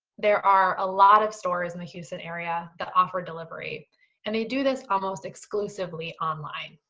there are a lot of stores in the houston area that offer delivery and they do this almost exclusively online.